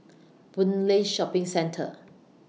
Boon Lay Shopping Centre